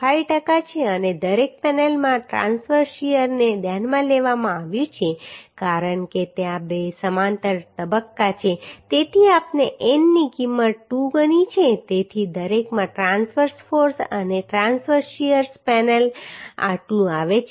5 ટકા છે અને દરેક પેનલમાં ટ્રાંસવર્સ શીયરને ધ્યાનમાં લેવામાં આવ્યું છે કારણ કે ત્યાં બે સમાંતર તબક્કા છે તેથી આપણે N ની કિંમત 2 ગણી છે તેથી દરેકમાં ટ્રાંસવર્સ ફોર્સ અને ટ્રાન્સવર્સ શીયર પેનલ આટલું આવે છે